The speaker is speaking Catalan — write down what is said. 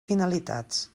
finalitats